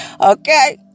Okay